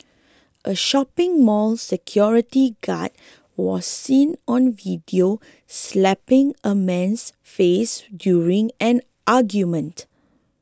a shopping mall security guard was seen on video slapping a man's face during an argument